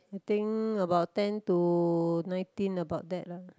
I think about ten to nineteen about that lah